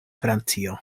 francio